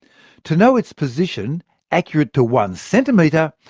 to know its position accurate to one centimetre,